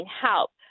help